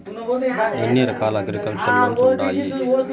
ఎన్ని రకాల agriculture loans ఉండాయి